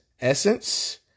Essence